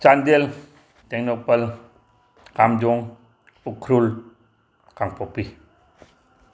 Chandel Tengnoupal Kamjong Ukhrul Kangpokpi